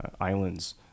islands